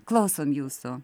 klausom jūsų